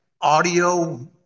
audio